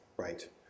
right